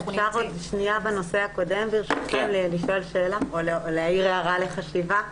אם אפשר לנושא הקודם לשאול שאלה או להעיר הערה לחשיבה.